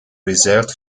reserved